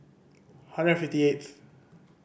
hundred fifty eighth